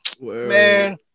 man